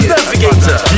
Navigator